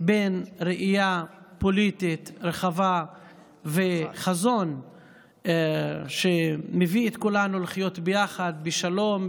בין ראייה פוליטית רחבה וחזון שמביא את כולנו לחיות ביחד בשלום,